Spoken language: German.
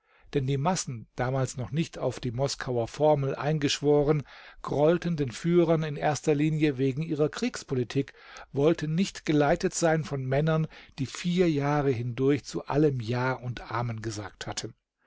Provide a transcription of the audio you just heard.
denn die massen damals noch nicht auf die moskauer formel eingeschworen grollten den führern in erster linie wegen ihrer kriegspolitik wollten nicht geleitet sein von männern die vier jahre hindurch zu allem ja und amen gesagt hatten